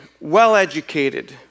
well-educated